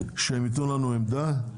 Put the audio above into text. שהם ייתנו את העמדה שלהם.